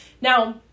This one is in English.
Now